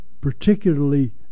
particularly